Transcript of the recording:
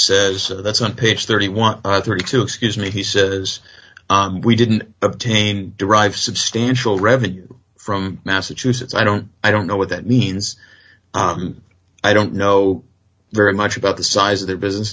says that's on page thirty want to excuse me he says we didn't obtain derive substantial revenue from massachusetts i don't i don't know what that means i don't know very much about the size of their business